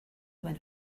when